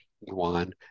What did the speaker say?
one